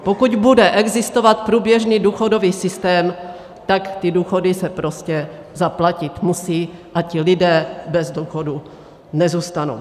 Pokud bude existovat průběžný důchodový systém, tak ty důchody se prostě zaplatit musí a ti lidé bez důchodů nezůstanou.